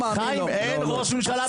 אין ראש ממשלה בישראל.